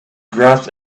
grasped